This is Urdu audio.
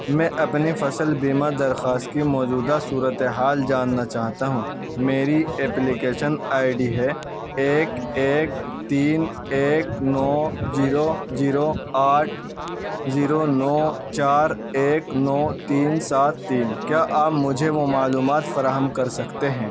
میں اپنی فصل بیمہ درخواست کی موجودہ صورتِحال جاننا چاہتا ہوں میری اپلیکیشن آی ڈی ہے ایک ایک تین ایک نو زیرو زیرو آٹھ زیرو نو چار ایک نو تین سات تین کیا آپ مجھے وہ معلومات فراہم کر سکتے ہیں